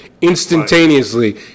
instantaneously